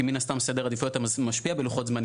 כי מן הסתם סדר עדיפויות משפיע בלוחות זמנים